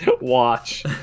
Watch